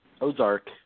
Ozark